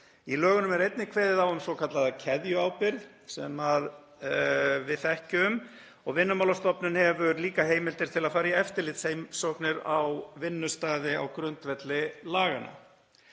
Í lögunum er einnig kveðið á um svokallaða keðjuábyrgð, sem við þekkjum, og Vinnumálastofnun hefur líka heimildir til að fara í eftirlitsheimsóknir á vinnustaði á grundvelli laganna.